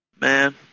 Man